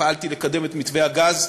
פעלתי לקדם את מתווה הגז,